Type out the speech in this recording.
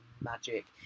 Magic